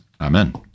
Amen